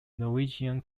norwegian